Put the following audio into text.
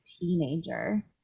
teenager